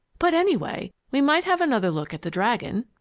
but anyway, we might have another look at the dragon.